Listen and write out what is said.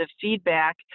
feedback